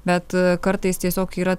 bet kartais tiesiog yra